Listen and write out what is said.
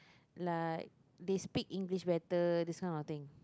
like they speak English better this kind of thing